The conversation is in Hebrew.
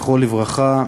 זכרו לברכה,